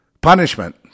Punishment